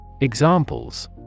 Examples